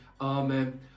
Amen